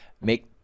make